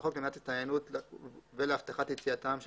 בחוק למניעת הסתננות ולהבטחת יציאתם של